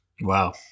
Wow